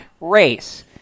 race